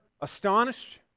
astonished